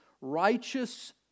righteous